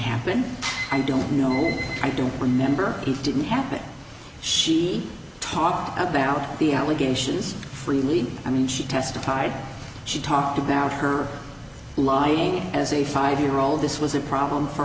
happen and don't know i don't remember it didn't happen she talked about the allegations freely i mean she testified she talked about her lying as a five year old this was a problem for